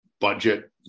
budget